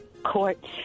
Court